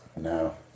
No